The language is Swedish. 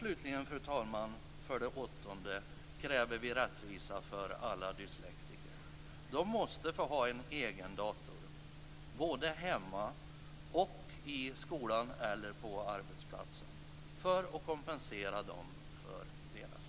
Slutligen och för det åttonde kräver vi rättvisa för alla dyslektiker. De måste få ha en egen dator, både hemma och i skolan eller på arbetsplatsen, för att kompenseras för sina funktionshinder.